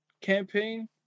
campaign